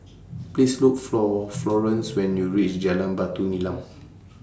Please Look For Florence when YOU REACH Jalan Batu Nilam